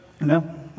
No